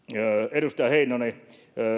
edustaja heinonen